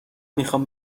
میخوام